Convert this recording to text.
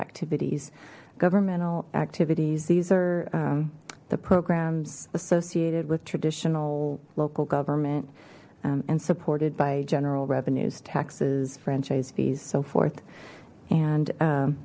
activities governmental activities these are the programs associated with traditional local government and supported by general revenues taxes franchise fees so forth and